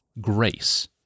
grace